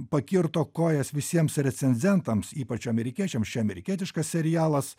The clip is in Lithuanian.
pakirto kojas visiems recenzentams ypač amerikiečiams čia amerikietiškas serialas